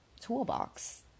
toolbox